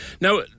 Now